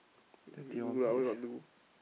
you you do lah what you want do